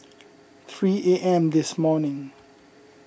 three A M this morning